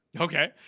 Okay